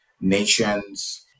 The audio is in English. nations